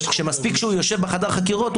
שמספיק שהוא יושב בחדר חקירות,